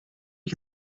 que